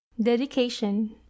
DEDICATION